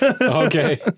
Okay